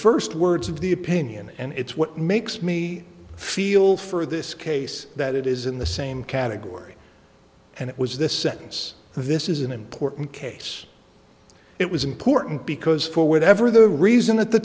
first words of the opinion and it's what makes me feel for this case that it is in the same category and it was this sentence this is an important case it was important because for whatever the reason at the